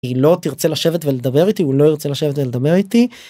היא לא תרצה לשבת ולדבר איתי, הוא לא ירצה לשבת ולדבר איתי.